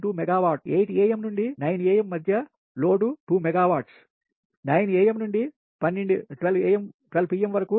2 megawatts 8 am నుండి 9 am మధ్య load 2 megawatts 9 am నుండి 12 pm వరకు